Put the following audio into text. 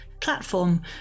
platform